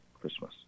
Christmas